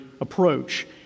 approach